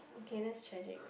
okay that's tragic